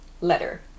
letter